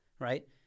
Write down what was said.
Right